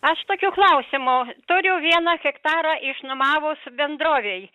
aš tokiu klausimu turiu vieną hektarą išnuomavus bendrovei